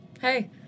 hey